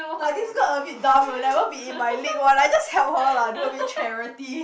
like this girl a bit dumb will never be in my league one I just help her lah do a bit charity